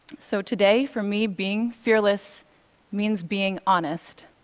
so today, for me, being fearless means being honest.